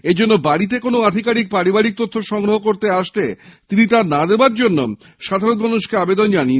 এই জন্য বাড়িতে কোন আধিকারিক পারিবারিক তথ্য সংগ্রহ করতে আসলে তিনি তা না দেওয়ার জন্য সাধারণ মানুষকে আবেদন করেন